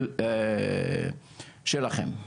שלכם?